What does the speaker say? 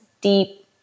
deep